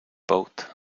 both